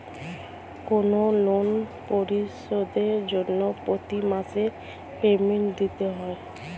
কোনো লোন পরিশোধের জন্য প্রতি মাসে পেমেন্ট দিতে হয়